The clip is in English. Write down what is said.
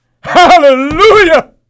Hallelujah